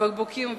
ובקבוקים שם,